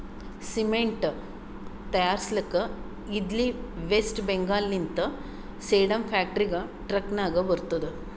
cement ತೈಯಾರ್ಸ್ಲಕ್ ಇದ್ಲಿ West Bengal ಲಿಂತ ಸೇಡಂ ಫ್ಯಾಕ್ಟರಿಗ ಟ್ರಕ್ ನಾಗೆ ಬರ್ತುದ್